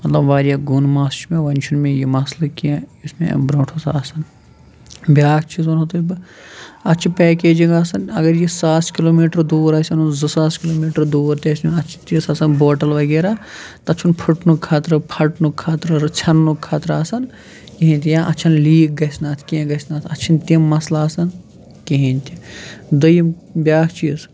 مطلب واریاہ گوٚن مَس چھُ مےٚ وۄَنۍ چھُنہٕ مےٚ یہِ مَسلہٕ کیٚنٛہہ یُس مےٚ اَمہِ برونٛٹھ اوس آسان بیاکھ چیٖز وَنہو تۄہہِ بہٕ اَتھ چھُ پیکیجِنٛگ آسَان اگر یہِ ساس کِلوٗمیٖٹَر دوٗر آسہِ اَنُن زٕ ساس کِلوٗمیٖٹَر دوٗر تہِ آسہِ اَتھ چھِ تژھ آسان بوٹل وغیرہ تتھ چھُنہٕ پھٕٹنُک خطرٕ پھَٹنُک خطرٕ ژھٮ۪ننُک خطرٕ آسَان کِہیٖنۍ تہِ یا اَتھ چھَنہٕ لیٖک گَژھِ نہ اَتھ کینٛہہ گَژھِ نہ اتھ اَتھ چھِنہٕ تِم مَسلہٕ آسَان کِہیٖنۍ تہِ دوٚیِم بیاکھ چیٖز